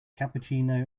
cappuccino